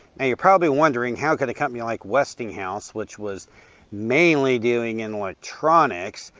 and you're probably wondering how could a company like westinghouse, which was mainly dealing in electronics,